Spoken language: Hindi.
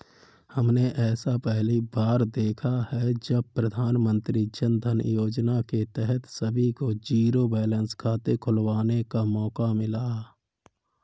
हमने ऐसा पहली बार देखा है जब प्रधानमन्त्री जनधन योजना के तहत सभी को जीरो बैलेंस खाते खुलवाने का मौका मिला